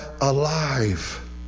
alive